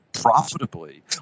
Profitably